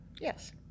Yes